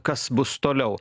kas bus toliau